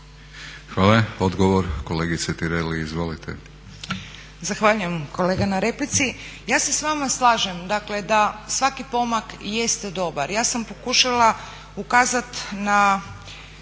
Hvala. Odgovor kolega Baranović, izvolite.